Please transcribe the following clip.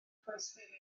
croeshoelio